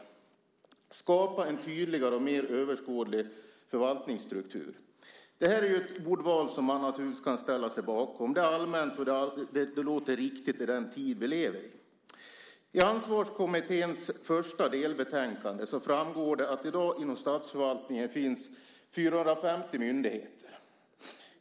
Du skriver om att skapa en tydligare och mer överskådlig förvaltningsstruktur. Det här är ett ordval som man naturligtvis kan ställa sig bakom. Det är allmänt, och det låter riktigt i den tid vi lever i. I Ansvarskommitténs första delbetänkande framgår det att det i dag inom statsförvaltningen finns 450 myndigheter.